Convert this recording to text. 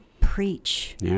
preach